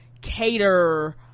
cater